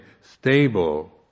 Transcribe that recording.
stable